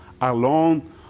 alone